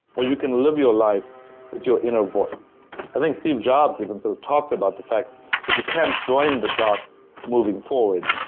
or you can live your life with your inner voice i think steve jobs even sought of talked about the fact that you can join the dots moving forward,